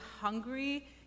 hungry